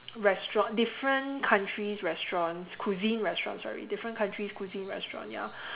restaurant different country's restaurants cuisine restaurant sorry different country's cuisine restaurant ya